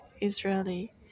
Israeli